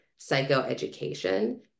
psychoeducation